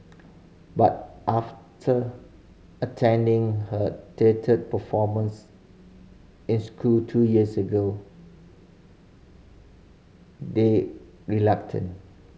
but after attending her theatre performance in school two years ago they relented